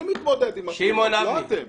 אני מתמודד עם התלונות, לא אתם.